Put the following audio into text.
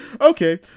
okay